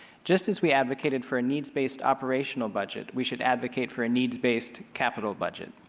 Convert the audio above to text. just as we advocated for a needs based operational budget, we should advocate for a needs based capital budget.